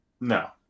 No